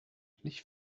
nicht